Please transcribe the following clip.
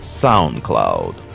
SoundCloud